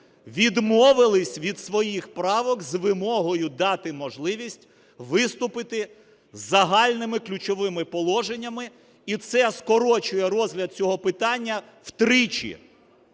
відмовились від своїх правок з вимогою дати можливість виступити з загальними ключовими положеннями, і це скорочує розгляд цього питання втричі.